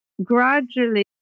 gradually